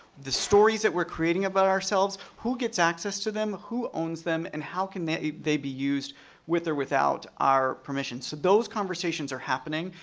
the stories that we are creating about ourselves, who gets access to them, who owns them, and how can they they be used with or without our permission. so those conversations are happening.